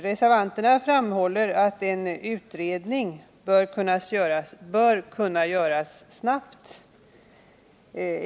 Reservanterna framhåller att en utredning bör kunna genomföras snabbt.